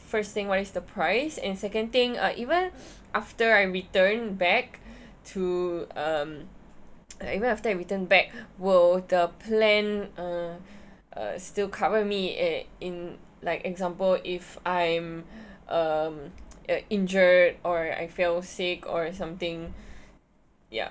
first thing what is the price and second thing uh even after I return back to um even after I return back will the plan uh still cover me at in like example if I'm um uh injured or I fell sick or something ya